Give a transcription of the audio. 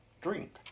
drink